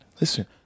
listen